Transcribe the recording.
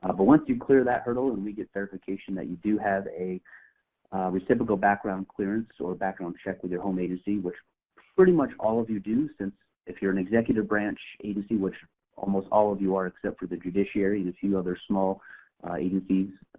once you've cleared that hurdle and we get verification that you do have a reciprocal background clearance, or background check with your home agency, which pretty much all of you do, since if you're an executive branch agency, which almost all of you are except for the judiciary, that's other small agencies,